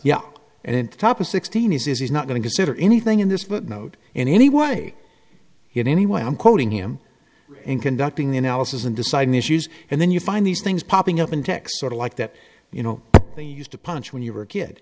yeah and at the top of sixteen he says he's not going to sit or anything in this but note and anyway in any way i'm quoting him and conducting the analysis and deciding issues and then you find these things popping up in tech sort of like that you know they used to punch when you were a kid